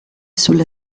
sulle